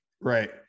Right